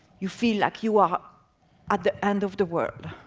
you feel like you are at the end of the world.